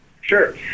Sure